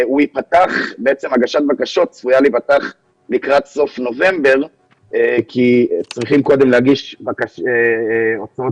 הגשת הבקשות צפויה להיפתח לקראת סוף נובמבר כי צריך קודם להגיש הוצאות